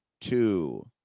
two